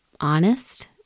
honest